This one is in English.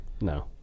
No